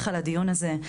על הדיון הזה,